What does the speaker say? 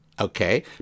okay